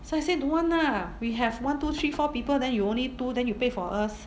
so I say don't want lah we have one two three four people then you only two then you pay for us